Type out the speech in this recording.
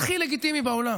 הכי לגיטימי בעולם.